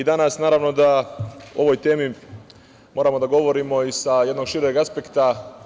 Danas, naravno da ovoj temi moramo da govorimo i sa jednog šireg aspekta.